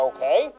Okay